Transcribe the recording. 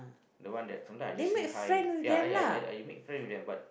the one that sometimes I just say hi ya ya I I make friend with them but